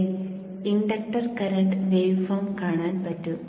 ഇവിടെ inductor current wave form കാണാൻ പറ്റും